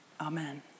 amen